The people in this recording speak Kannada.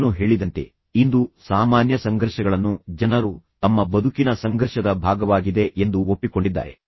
ನಾನು ಹೇಳಿದಂತೆ ಇಂದು ಸಾಮಾನ್ಯ ಸಂಘರ್ಷಗಳನ್ನು ಜನರು ತಮ್ಮ ಬದುಕಿನ ಸಂಘರ್ಷದ ಭಾಗವಾಗಿದೆ ಎಂದು ಒಪ್ಪಿಕೊಂಡಿದ್ದಾರೆ